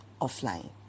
offline